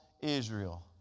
Israel